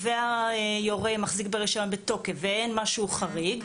והיורה מחזיק ברישיון בתוקף ואין משהו חריג,